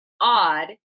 odd